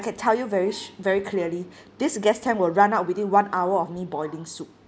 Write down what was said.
can tell you very sh~ very clearly this gas tank will run out within one hour of me boiling soup